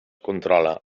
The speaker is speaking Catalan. controla